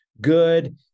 good